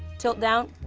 tilt down.